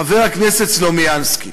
חבר הכנסת סלומינסקי